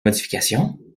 modification